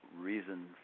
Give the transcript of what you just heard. reason